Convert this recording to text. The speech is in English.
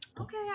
okay